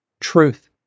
truth